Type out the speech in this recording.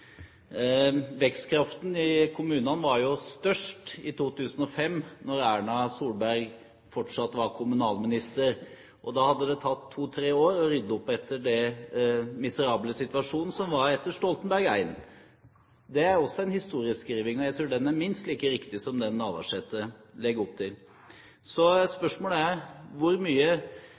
Vekstkraften i kommunene var størst i 2005, da Erna Solberg fortsatt var kommunalminister. Og da hadde det tatt to–tre år å rydde opp etter den miserable situasjonen som var etter Stoltenberg I. Dét er også en historieskriving, og jeg tror den er minst like riktig som den Navarsete legger opp til. Så spørsmålet er: Hvor mye